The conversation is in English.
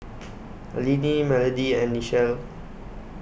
Linnie Melody and Nichelle